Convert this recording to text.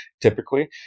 typically